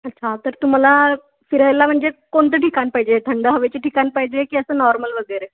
अच्छा तर तुम्हाला फिरायला म्हणजे कोणतं ठिकाण पाहिजे थंड हवेचे ठिकाण पाहिजे की असं नॉर्मल वगैरे